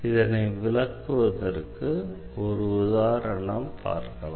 இதனை விளக்குவதற்கு ஒரு உதாரணத்தை பார்க்கலாம்